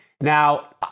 Now